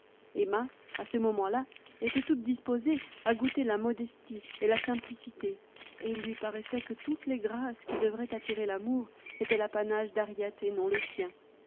emma à ce moment-là était toute disposée à goûter la modestie et la simplicité et il lui paraissait que toutes les grâces qui devraient attirer l'amour étaient l'apanage d'harriet et non le sien